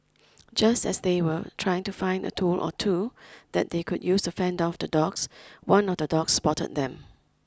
just as they were trying to find a tool or two that they could use to fend off the dogs one of the dogs spotted them